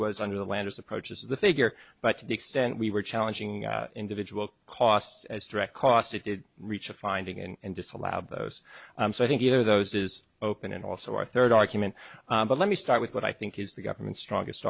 was under the lander's approaches the figure but to the extent we were challenging individual cost as direct cost it did reach a finding and disallowed those so i think either of those is open and also our third argument but let me start with what i think is the government's strongest